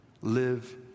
live